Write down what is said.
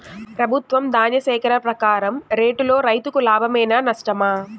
ప్రభుత్వం ధాన్య సేకరణ ప్రకారం రేటులో రైతుకు లాభమేనా నష్టమా?